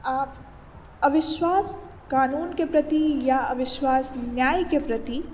आ अविश्वास कानूनके प्रति या अविश्वास न्यायके प्रति